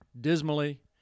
dismally